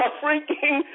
freaking